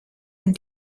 und